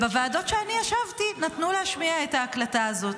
בוועדות שאני ישבתי נתנו להשמיע את ההקלטה הזאת,